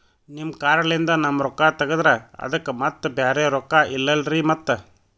ನಿಮ್ ಕಾರ್ಡ್ ಲಿಂದ ನಮ್ ರೊಕ್ಕ ತಗದ್ರ ಅದಕ್ಕ ಮತ್ತ ಬ್ಯಾರೆ ರೊಕ್ಕ ಇಲ್ಲಲ್ರಿ ಮತ್ತ?